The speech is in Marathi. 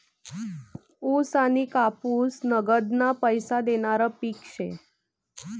ऊस आनी कापूस नगदना पैसा देनारं पिक शे